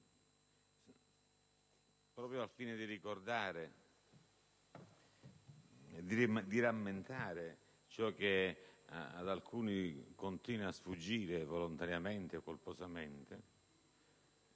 proprio al fine di rammentare ciò che ad alcuni continua a sfuggire, volontariamente o colposamente,